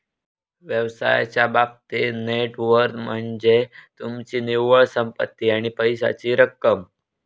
व्यवसायाच्या बाबतीत net worth म्हनज्ये तुमची निव्वळ संपत्ती आणि पैशाची रक्कम